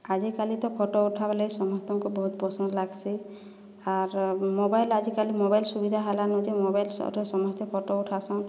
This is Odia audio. ଆଜିକାଲି ତ ଫଟୋ ଉଠାବା ଲାଗି ସମସ୍ତଙ୍କୁ ବହୁତ ପସନ୍ଦ ଲାଗ୍ସି ଆର୍ ମୋବାଇଲ ଆଜିକାଲି ମୋବାଇଲ ସୁବିଧା ହେଲାନ ଯେ ମୋବାଇଲରେ ସମସ୍ତେ ଫଟୋ ଉଠାଉସନ୍